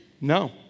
No